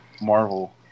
Marvel